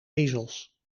ezels